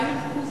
סיימון קוזניץ.